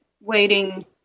waiting